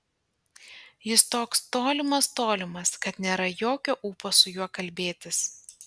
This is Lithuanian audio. jis toks tolimas tolimas kad nėra jokio ūpo su juo kalbėtis